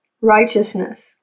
righteousness